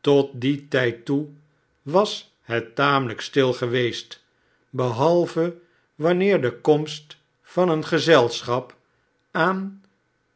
tot dien tijd toe was het tamelijk stil geweest behalve wanneer de komst van een gezelschap aan